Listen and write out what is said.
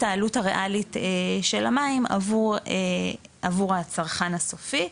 העלות הריאלית של המים עבור הצרכן הסופי.